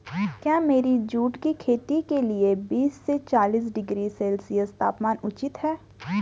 क्या मेरी जूट की खेती के लिए बीस से चालीस डिग्री सेल्सियस तापमान उचित है?